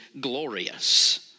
glorious